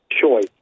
choice